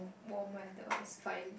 warmer is fine